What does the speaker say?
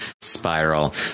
spiral